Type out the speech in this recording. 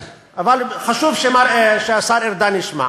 גילה, בסדר, אבל חשוב שהשר ארדן ישמע.